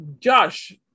Josh